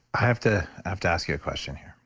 i have to have to ask you a question here.